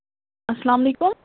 اَسلام علیکُم